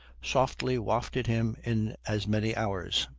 softly wafted him in as many hours.